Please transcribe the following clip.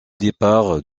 départ